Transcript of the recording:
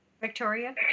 Victoria